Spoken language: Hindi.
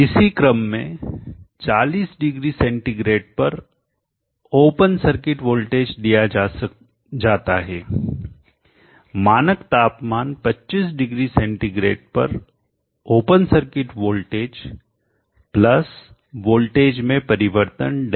इसी क्रम में 40 डिग्री सेंटीग्रेड पर ओपन सर्किट वोल्टेज दिया जा जाता है मानक तापमान 25 डिग्री सेंटीग्रेड पर open circuit voltage plus voltage में परिवर्तन Δv